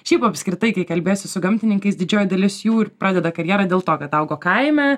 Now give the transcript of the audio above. šiaip apskritai kai kalbiesi su gamtininkais didžioji dalis jų ir pradeda karjerą dėl to kad augo kaime